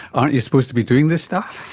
aren't you supposed to be doing this stuff?